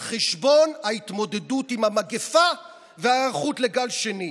על חשבון התמודדות עם המגפה וההיערכות לגל שני.